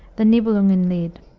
the nibelungen lied.